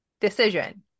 decision